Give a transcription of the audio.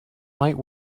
might